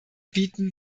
bieten